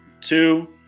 two